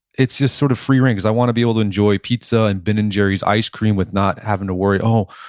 it's just sort of free ring because i want to be able to enjoy pizza and ben and jerry's ice cream with not having to worry, oh,